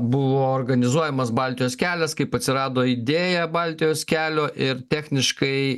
buvo organizuojamas baltijos kelias kaip atsirado idėja baltijos kelio ir techniškai